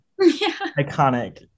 iconic